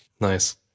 Nice